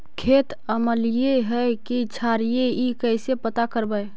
खेत अमलिए है कि क्षारिए इ कैसे पता करबै?